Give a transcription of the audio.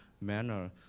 manner